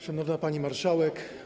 Szanowna Pani Marszałek!